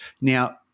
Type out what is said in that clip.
Now